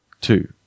two